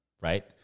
right